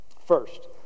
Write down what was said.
First